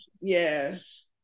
Yes